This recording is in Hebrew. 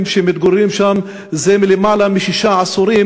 שמתגוררים שם זה למעלה משישה עשורים,